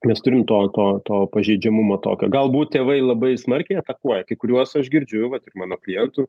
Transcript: mes turim to to to pažeidžiamumo tokio galbūt tėvai labai smarkiai atakuoja kai kuriuos aš girdžiu vat ir mano klientų